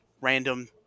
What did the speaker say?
random